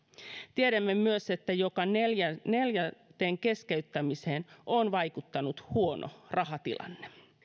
tiedämme myös että joka neljänteen keskeyttämiseen on vaikuttanut huono rahatilanne